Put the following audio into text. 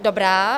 Dobrá.